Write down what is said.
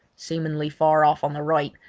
seemingly far off on the right,